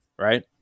Right